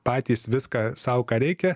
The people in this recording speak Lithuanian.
patys viską sau ką reikia